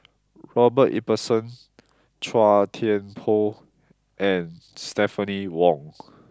Robert Ibbetson Chua Thian Poh and Stephanie Wong